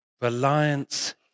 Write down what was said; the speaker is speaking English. Reliance